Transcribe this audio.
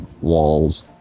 walls